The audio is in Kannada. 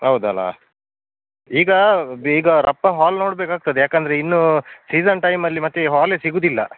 ಹೌದು ಅಲ್ಲ ಈಗ ಬೇಗ ರಪ್ಪ ಹಾಲ್ ನೋಡಬೇಕಾಗ್ತದೆ ಯಾಕೆಂದ್ರೆ ಇನ್ನೂ ಸೀಸನ್ ಟೈಮಲ್ಲಿ ಮತ್ತೆ ಹಾಲೇ ಸಿಗೋದಿಲ್ಲ